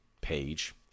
page